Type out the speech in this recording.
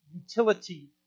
utility